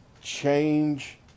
change